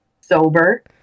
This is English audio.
sober